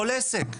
כל עסק.